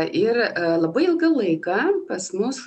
ir labai ilgą laiką pas mus